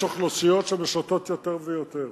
יש אוכלוסיות שמשרתות יותר ויותר.